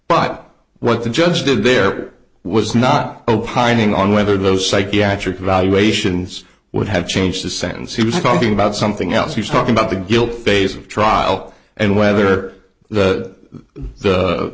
but what the judge did there was not opining on whether those psychiatric evaluations would have changed the sentence he was talking about something else he talked about the guilt phase of trial and whether that the